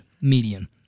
Median